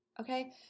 Okay